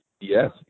Yes